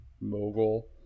mogul